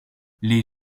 les